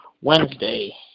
Wednesday